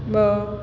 ॿ